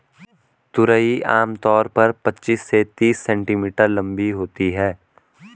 तुरई आम तौर पर पचीस से तीस सेंटीमीटर लम्बी होती है